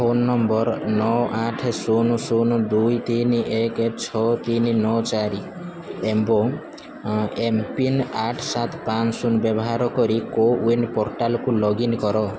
phone number ନଅ ଆଠ ଶୁନ ଶୂନ ଦୁଇ ତିନି ଏକ ଛଅ ତିନି ନଅ ଚାରି ଏବଂ ଏମ୍ପିନ୍ ଆଠ ସାତ ପାଞ୍ଚ ଶୂନ ବ୍ୟବହାର କରି କୋୱିନ୍ ପୋର୍ଟାଲକୁ ଲଗ୍ଇନ୍ କର